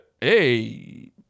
hey